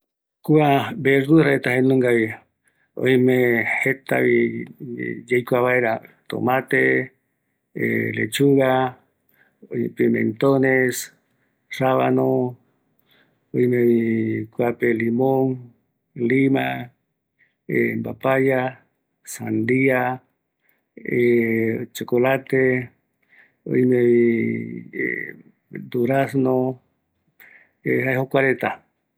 Oïmevi jeta, lechuga, tomate, cebolla, remolacha, zanahoria, rabano, oime jeta reta, ïrureta ko jae fruta ma